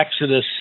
exodus